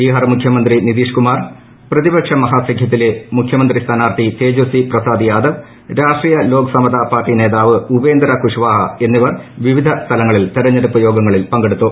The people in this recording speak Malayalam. ബിഹാർ മുഖ്യമന്ത്രി നിതീഷ് കുമാർ പ്രതിപക്ഷ മഹാസഖ്യത്തിലെ മുഖ്യമന്ത്രി സ്ഥാനാർത്ഥി തേജസ്വി പ്രസാദ് യാദവ് രാഷ്ട്രീയ ലോക് സമതാ പാർട്ടി നേതാവ് ഉപേന്ദ്ര കുഷ്വാഹ എന്നിവർ വിവിധ സ്ഥലങ്ങളിൽ തെരഞ്ഞെടുപ്പ് യോഗങ്ങളിൽ പങ്കെടുത്തു